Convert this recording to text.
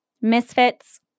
misfits